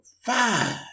five